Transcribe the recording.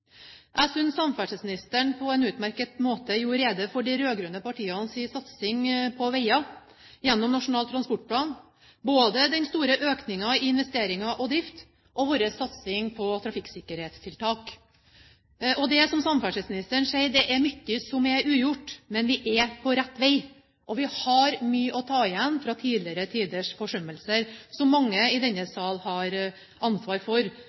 Jeg synes samferdselsministeren på en utmerket måte gjorde rede for de rød-grønne partienes satsing på veier gjennom Nasjonal transportplan, både den store økningen i investeringer og drift og vår satsing på trafikksikkerhetstiltak. Det er som samferdselsministeren sier, det er mye som er ugjort. Men vi er på rett vei, og vi har mye å ta igjen fra tidligere tiders forsømmelser, som mange i denne sal har ansvar for.